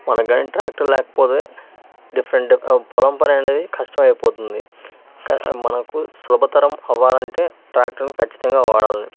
మనకు కానీ ట్రాక్టర్ లేకపోతే డిఫరెంట్ పొలం పని అనేది కష్టం అయిపోతుంది కా మనకు సులభతరం అవ్వాలంటే ట్రాక్టర్ని ఖచ్చితంగా వాడాలి